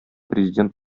президент